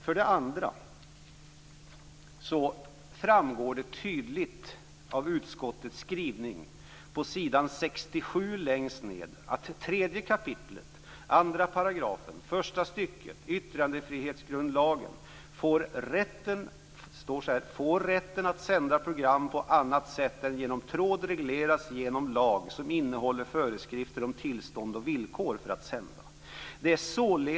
För det andra framgår det tydligt av utskottets skrivning på s. 67 längst ned att det i 3 kap. 2 § första stycket i yttrandefrihetsgrundlagen står: "- får rätten att sända radioprogram på annat sätt än genom tråd regleras genom lag som innehåller föreskrifter om tillstånd och villkor för att sända."